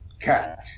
cat